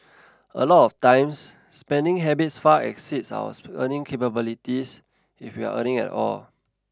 a lot of times spending habits far exceeds our earning capabilities if we're earning at all